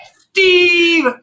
Steve